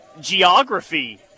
geography